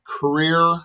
career